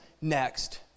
next